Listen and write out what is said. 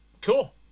Cool